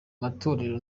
matorero